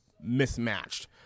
mismatched